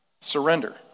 surrender